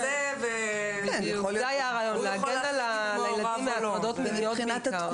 -- הוא יכול להגן על הילדים מהטרדות מיניות בעיקר.